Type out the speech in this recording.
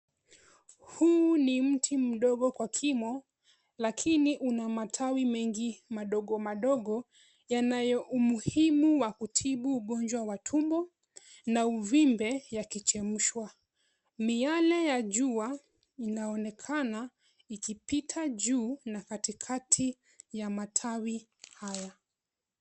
Huu ni mti mdogo kwa kimo lakini una matawi mengi madogo madogo yanayo umuhimu wa kutibu ugonjwa wa tumbo na uvimbe yakichemshwa. Miale ya jua inaonekana ikipita juu na katikati ya matawi haya.